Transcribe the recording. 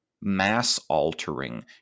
mass-altering